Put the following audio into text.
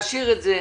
להשאיר את זה.